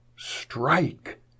strike